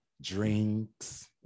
Drinks